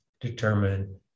determine